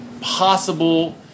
possible